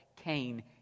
Cain